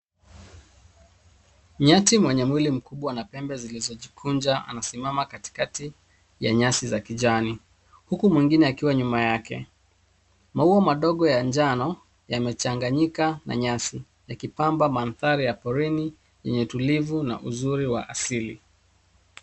Nyati mwenye mwili mkubwa na pembe zilizojikunja anasimama katikati ya nyasi za kijani, huku mwingine akiwa nyuma yake. Maua madogo ya njano yamechanganyika na nyasi, yakipamba mandhari ya porini yenye tulivu na uzuri wa asili.